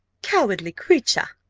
cowardly creature!